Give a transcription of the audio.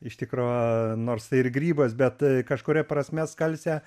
iš tikro nors tai ir grybas bet kažkuria prasme skalsę